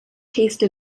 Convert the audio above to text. taste